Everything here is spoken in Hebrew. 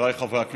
חבריי חברי הכנסת,